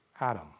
Adam